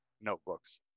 notebooks